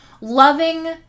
loving